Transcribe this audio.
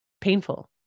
painful